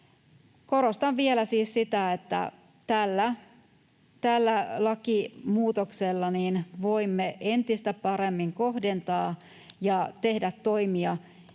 Korostan vielä siis sitä, että tällä lakimuutoksella voimme entistä paremmin kohdentaa ja tehdä toimia